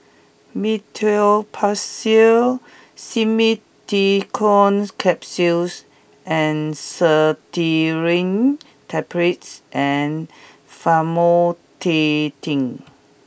Meteospasmyl Simeticone Capsules Cetirizine Tablets and Famotidine